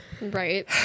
right